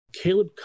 Caleb